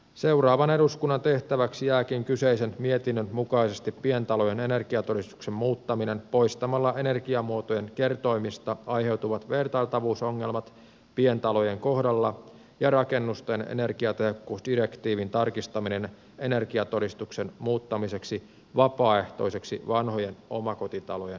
seuraavan eduskunnan tehtäväksi jääkin kyseisen mietinnön mukaisesti pientalojen energiatodistuksen muuttaminen poistamalla energiamuotojen kertoimista aiheutuvat vertailtavuusongelmat pientalojen kohdalla ja rakennusten energiatehokkuusdirektiivin tarkistaminen energiatodistuksen muuttamiseksi vapaaehtoiseksi vanhojen omakotitalojen osalta